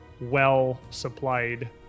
well-supplied